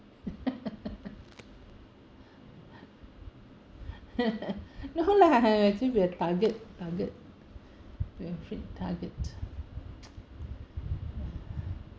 no lah actually we're target target we're actually target